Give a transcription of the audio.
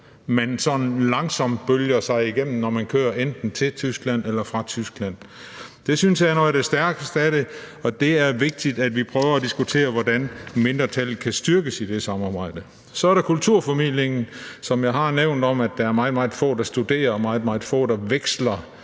man sådan langsomt bølger sig igennem, når man kører enten til Tyskland eller fra Tyskland. Det synes jeg er noget af det stærkeste af det, og det er vigtigt, at vi prøver at diskutere, hvordan mindretallene kan styrkes i det samarbejde. Så er der kulturformidling, som jeg har nævnt, altså at der er meget, meget få, der studerer, og meget, meget få, der veksler